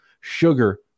sugar